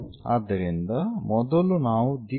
ಆದ್ದರಿಂದ ಮೊದಲು ನಾವು ದಿಕ್ಕು ಎಲ್ಲಿದೆ ಎಂದು ನೋಡುತ್ತೇವೆ